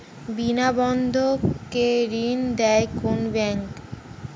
বিনা বন্ধক কে ঋণ দেয় কোন ব্যাংক?